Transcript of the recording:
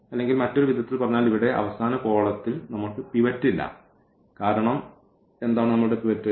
അല്ലെങ്കിൽ മറ്റൊരു വിധത്തിൽ പറഞ്ഞാൽ ഇവിടെ അവസാന കോളത്തിൽ നമ്മൾക്ക് പിവറ്റ് ഇല്ല കാരണം എന്താണ് നമ്മളുടെ പിവറ്റ്